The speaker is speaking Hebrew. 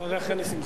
אחרי נסים זאב.